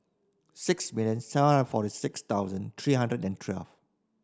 six million seven hundred forty six thousand three hundred and twelve